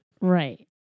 Right